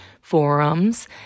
forums